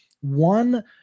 one